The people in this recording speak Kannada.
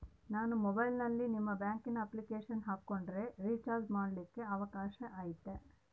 ನಾನು ಮೊಬೈಲಿನಲ್ಲಿ ನಿಮ್ಮ ಬ್ಯಾಂಕಿನ ಅಪ್ಲಿಕೇಶನ್ ಹಾಕೊಂಡ್ರೆ ರೇಚಾರ್ಜ್ ಮಾಡ್ಕೊಳಿಕ್ಕೇ ಅವಕಾಶ ಐತಾ?